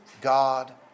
God